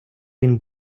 він